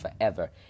forever